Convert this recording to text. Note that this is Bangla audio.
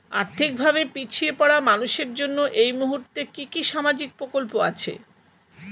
আর্থিক ভাবে পিছিয়ে পড়া মানুষের জন্য এই মুহূর্তে কি কি সামাজিক প্রকল্প আছে?